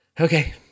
Okay